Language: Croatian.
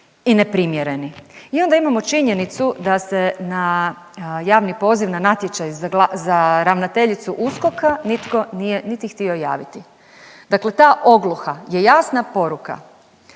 i neprimjereni. I onda imamo činjenicu da se na javni poziv na natječaj za ravnateljicu USKOK-a nitko nije niti htio javiti. Dakle, ta ogluha je jasna poruka